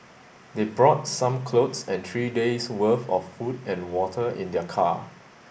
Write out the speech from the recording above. they brought some clothes and three days' worth of food and water in their car